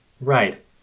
Right